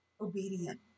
obedient